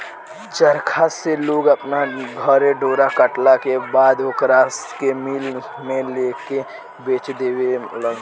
चरखा से लोग अपना घरे डोरा कटला के बाद ओकरा के मिल में लेके बेच देवे लनसन